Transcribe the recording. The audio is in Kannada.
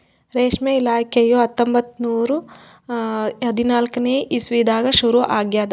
ರೇಷ್ಮೆ ಇಲಾಖೆಯು ಹತ್ತೊಂಬತ್ತು ನೂರಾ ಹದಿನಾಲ್ಕನೇ ಇಸ್ವಿದಾಗ ಶುರು ಆಗ್ಯದ್